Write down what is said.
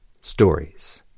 stories